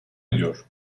ediyor